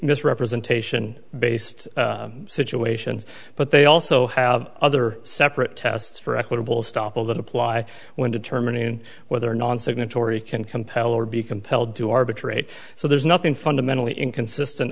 misrepresentation based situations but they also have other separate tests for equitable stoppel that apply when determining whether non signatory can compel or be compelled to arbitrate so there's nothing fundamentally inconsistent